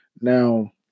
Now